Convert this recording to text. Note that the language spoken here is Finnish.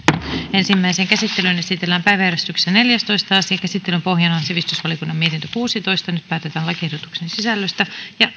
ensimmäiseen käsittelyyn esitellään päiväjärjestyksen neljästoista asia käsittelyn pohjana on sivistysvaliokunnan mietintö kuusitoista nyt päätetään lakiehdotuksen sisällöstä